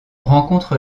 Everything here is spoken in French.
rencontre